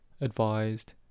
advised